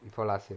before last year